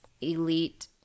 elite